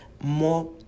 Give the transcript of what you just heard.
more